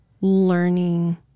learning